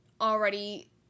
already